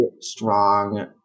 strong